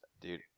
Dude